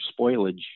spoilage